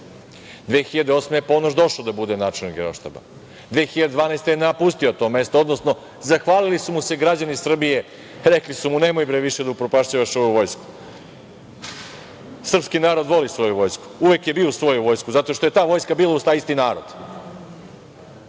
2008. je Ponoš došao da bude načelnik Generalštaba, 2012. godine je napustio to mesto, odnosno zahvalili su mu se građani Srbije, rekli su mu – nemoj bre više da upropašćavaš ovu vojsku. Srpski narod voli svoju vojsku, uvek je bio uz svoju vojsku, zato što je ta vojska bila uz taj isti narod,